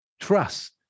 trust